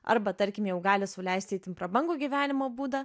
arba tarkim jau gali sau leisti itin prabangų gyvenimo būdą